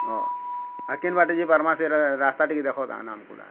ହଁ ଆଉ କେନ୍ ବାଟେ ଯିବା ବାର୍ମା ସେ ରାସ୍ତା ଟିକେ ଦେଖ ତା ନାମ ଗୁଡ଼ା